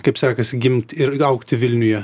kaip sekasi gimt ir augti vilniuje